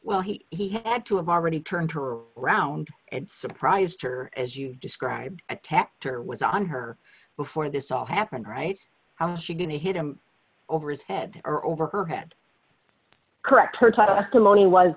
well he he had to have already turned her round and surprised her as you describe attacked her was on her before this all happened right how is she going to hit him over his head or over her head correct